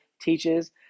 teaches